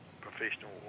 professional